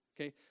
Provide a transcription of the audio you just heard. okay